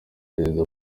perezida